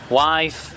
wife